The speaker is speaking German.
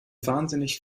wahnsinnig